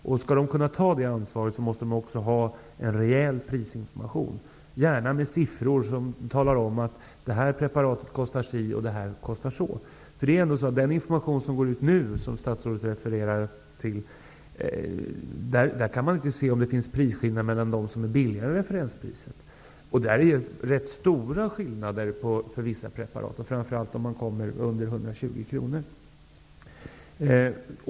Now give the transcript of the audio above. Om de skall kunna ta det ansvaret måste de också ha en rejäl prisinformation, gärna med siffror, som talar om hur mycket varje preparat kostar. I den information som går ut nu, som statsrådet refererade till, kan man inte se om det är någon prisskillnad mellan de preparat som är billigare än referenspriset. Det är rätt stora skillnader mellan vissa preparat -- framför allt om man kommer under 120 kr.